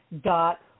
dot